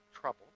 trouble